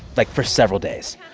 like, for several days.